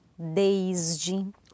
desde